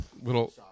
Little